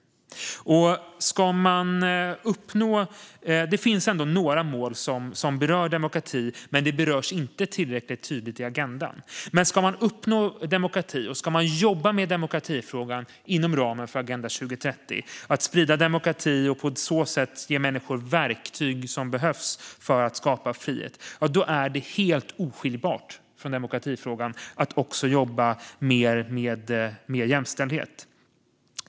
Det finns några mål som berör demokrati, men det berörs inte tillräckligt tydligt i agendan. Ska man uppnå demokrati och jobba med demokratifrågan inom ramen för Agenda 2030 - sprida demokrati och på så sätt ge människor de verktyg som behövs för att skapa frihet - är det helt oskiljbart från demokratifrågan att också jobba mer med jämställdhet.